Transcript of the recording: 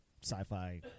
sci-fi